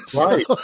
right